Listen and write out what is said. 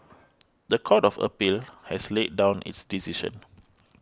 the Court of Appeal has laid down its decision